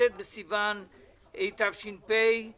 יותר מזה, והזמן יעשה את שלו.